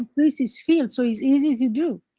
increase his field so it's easy to do.